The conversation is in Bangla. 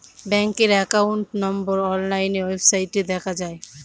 ব্যাঙ্কের একাউন্ট নম্বর অনলাইন ওয়েবসাইটে দেখা যায়